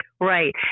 Right